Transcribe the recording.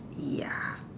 ya